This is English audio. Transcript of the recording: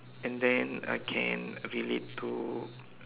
and then I can relate to